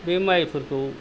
बे माइफोरखौ